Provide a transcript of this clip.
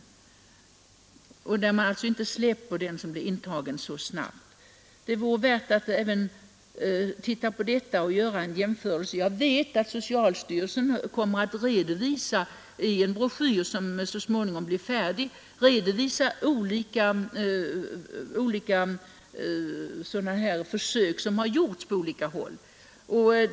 Man släpper alltså inte den intagne så snabbt. Det vore värt att titta också på denna vårdform och göra en jämförelse. Jag vet att socialstyrelsen i en broschyr så småningom kommer att redovisa försök som har gjorts på olika håll.